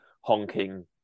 honking